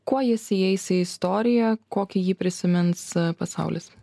kuo jis įeis į istoriją kokį jį prisimins pasaulis